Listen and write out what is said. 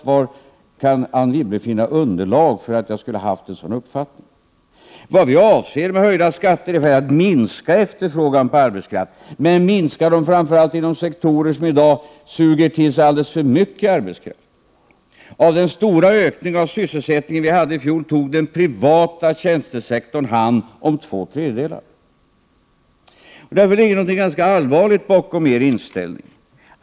Var kan Anne Wibble finna underlag för att jag skulle ha haft en sådan uppfattning? Vad vi avser med höjda skatter är att minska efterfrågan på arbetskraft, men minska den framför allt inom sektorer som i dag suger till sig alldeles för mycket arbetskraft. Av den stora ökning av sysselsättningen som vi hade i fjol tog den privata tjänstesektorn hand om två tredjedelar. Därför ligger det någonting ganska allvarligt bakom er inställning.